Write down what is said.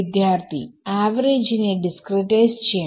വിദ്യാർത്ഥി ആവറേജിനെ ഡിസ്ക്രിടൈസ് ചെയ്യണം